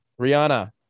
Rihanna